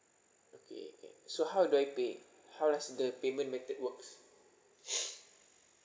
okay okay so how do I pay how does the payment method works